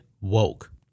woke